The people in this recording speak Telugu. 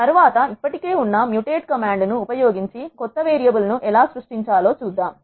తరువాత ఇప్పటికే ఉన్న మ్యూటేట్ కమాండ్ ను ఉపయోగించి కొత్త వేరియబుల్ ను ఎలా సృష్టించాలో చూద్దాం